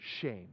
shame